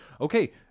Okay